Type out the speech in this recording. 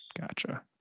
Gotcha